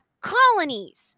colonies